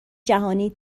جهانی